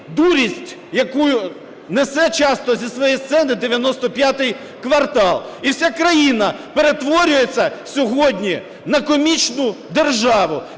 дурість, яку несе часто зі своєї сцени "95 квартал". І вся країна перетворюється сьогодні на комічну державу,